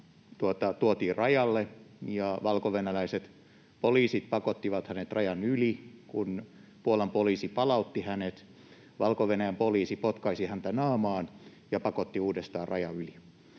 tuotiin rajalle, ja valkovenäläiset poliisit pakottivat hänet rajan yli. Kun Puolan poliisi palautti hänet, Valko-Venäjän poliisi potkaisi häntä naamaan ja pakotti uudestaan rajan yli.